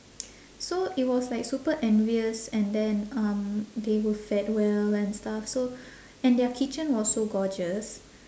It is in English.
so it was like super envious and then um they were fed well and stuff so and their kitchen was so gorgeous